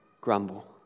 Grumble